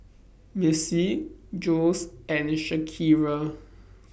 Missie Jules and Shakira